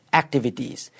activities